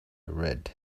red